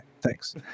thanks